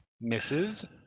misses